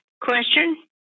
question